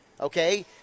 okay